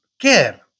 care